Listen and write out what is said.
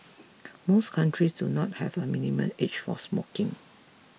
most countries do not have a minimum age for smoking